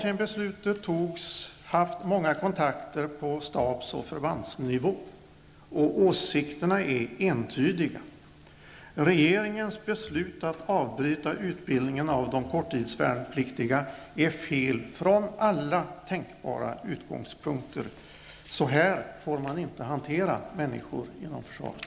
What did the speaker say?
Sedan beslutet fattades har jag haft många kontakter på stabs och förbandsnivå. Åsikterna är entydiga. Regeringens beslut att avbryta utbildningen av de korttidsvärnpliktiga är fel från alla tänkbara utgångspunkter. Så här får man inte behandla människor inom försvaret.